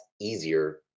easier